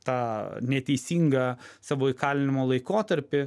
tą neteisingą savo įkalinimo laikotarpį